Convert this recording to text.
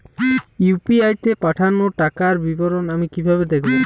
UPI তে পাঠানো টাকার বিবরণ আমি কিভাবে দেখবো?